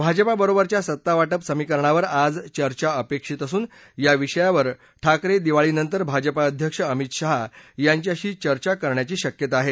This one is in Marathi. भाजपा बरोबरच्या सत्तावाटप समीकरणावर आज चर्चा अपेक्षित असून या विषयावर ठाकरे दिवाळीनंतर भाजपा अध्यक्ष अमित शहा यांच्याशी चर्चा करण्याची शक्यता आहे